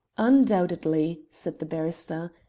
undoubtedly, said the barrister.